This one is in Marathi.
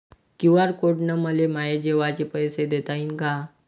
क्यू.आर कोड न मले माये जेवाचे पैसे देता येईन का?